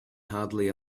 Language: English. hardly